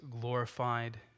glorified